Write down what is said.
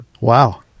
Wow